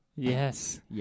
Yes